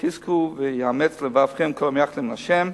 חזקו ויאמץ לבבכם כל המייחלים לה'"